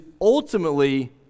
ultimately